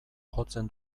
jotzen